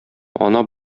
ана